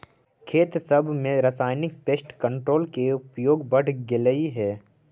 खेत सब में रासायनिक पेस्ट कंट्रोल के उपयोग बढ़ गेलई हे